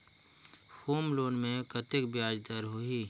Home loan मे कतेक ब्याज दर होही?